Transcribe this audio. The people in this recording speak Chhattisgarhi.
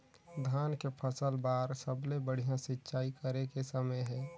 धान के फसल बार सबले बढ़िया सिंचाई करे के समय हे?